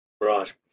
Right